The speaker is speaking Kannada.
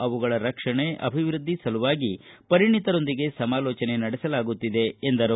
ಅವುಗಳ ರಕ್ಷಣೆ ಅಭಿವೃದ್ಧಿ ಸಲುವಾಗಿ ಪರಿಣತರೊಂದಿಗೆ ಸಮಾಲೋಚನೆ ನಡೆಸಲಾಗುತ್ತಿದೆ ಎಂದರು